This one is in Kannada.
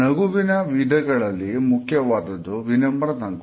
ನಗುವಿನ ವಿಧಗಳಲ್ಲಿ ಮುಖ್ಯವಾದದ್ದು ವಿನಮ್ರ ನಗು